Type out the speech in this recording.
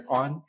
on